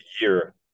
year